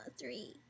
three